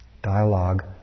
Dialogue